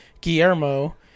Guillermo